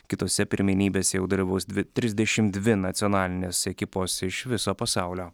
kitose pirmenybėse jau dalyvaus dvi trisdešimt dvi nacionalinės ekipos iš viso pasaulio